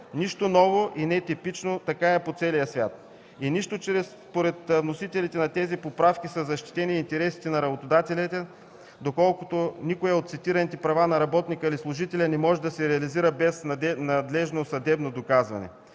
Нищо ново и нетипично – така е по целия свят, нищо, че според вносителите на тези поправки, са защитени интересите на работодателите, доколкото никое от цитираните права на работника или на служителя не може да се реализира без надлежно съдебно доказване.